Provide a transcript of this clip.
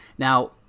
now